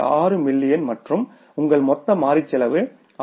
6 million மற்றும் உங்கள் மொத்த மாறி செலவு 6